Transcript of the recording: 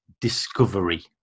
discovery